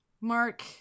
Mark